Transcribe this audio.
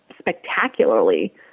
spectacularly